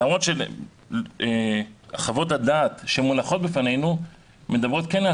למרות שחוות הדעת שמונות בפנינו כן מדברות על